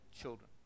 children